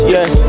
Yes